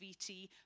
VT